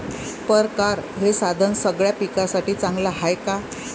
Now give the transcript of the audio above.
परकारं हे साधन सगळ्या पिकासाठी चांगलं हाये का?